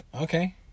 Okay